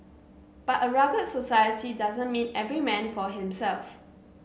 but a rugged society doesn't mean every man for himself